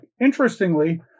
Interestingly